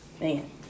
Man